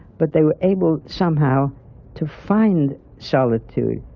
but they were able somehow to find solitude.